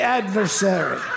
adversary